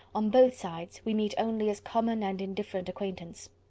on both sides, we meet only as common and indifferent acquaintance.